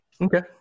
Okay